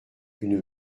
une